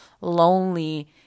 lonely